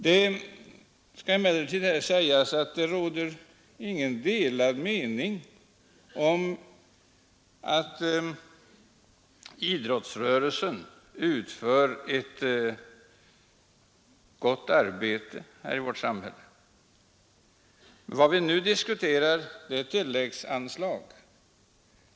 Det skall emellertid här sägas att det inte råder några delade meningar om att idrottsrörelsen utför ett gott arbete i vårt samhälle. Men vad vi nu diskuterar är tilläggsanslag.